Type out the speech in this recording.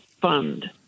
fund